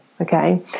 okay